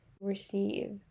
receive